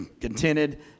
contented